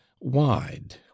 wide